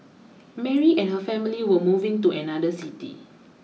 Mary and her family were moving to another city